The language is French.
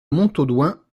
montaudoin